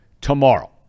tomorrow